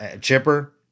Chipper